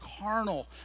carnal